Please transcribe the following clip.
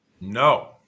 No